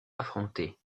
affronter